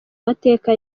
mateka